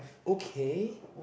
okay